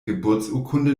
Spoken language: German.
geburtsurkunde